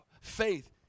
Faith